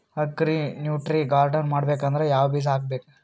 Agri nutri garden ಮಾಡಬೇಕಂದ್ರ ಯಾವ ಬೀಜ ಹಾಕಬೇಕು?